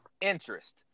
interest